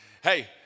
Hey